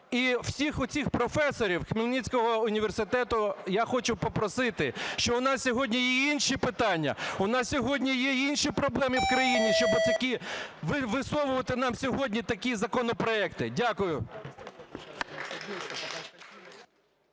І всіх оцих професорів Хмельницького університету я хочу попросити, що у нас сьогодні є і інші питання, у нас сьогодні є і інші проблеми в країні, щоби висовувати нам сьогодні такі законопроекти. Дякую.